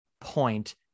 point